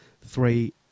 three